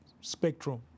spectrum